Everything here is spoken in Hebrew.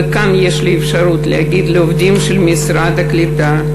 וכאן יש לי אפשרות להגיד לעובדים של המשרד הקליטה,